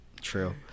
true